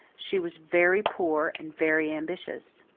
she was very poor and very ambitious.